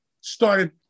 started